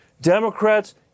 Democrats